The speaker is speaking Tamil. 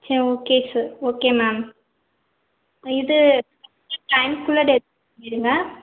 சரி ஒகே சார் ஒகே மேம் இது இது டைமுக்குள்ள டெலிவரி பண்ணிவிடுங்க